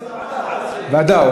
ועדה.